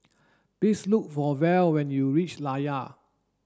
please look for Val when you reach Layar